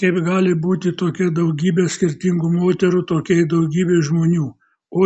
kaip gali būti tokia daugybe skirtingų moterų tokiai daugybei žmonių